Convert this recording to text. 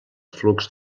flux